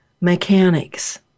mechanics